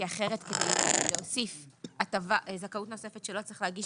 כי אחרת כדי להוסיף זכאות נוספת שלא צריך להגיש